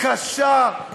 קשה.